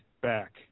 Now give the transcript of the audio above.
back